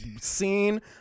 scene